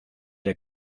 der